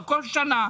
בכל שנה,